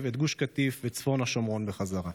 את גוש קטיף ואת צפון השומרון בחזרה.